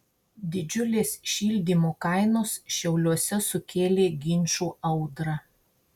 didžiulės šildymo kainos šiauliuose sukėlė ginčų audrą